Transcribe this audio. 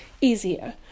easier